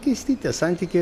keisti tie santykiai